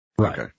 Right